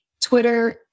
Twitter